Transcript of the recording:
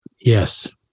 yes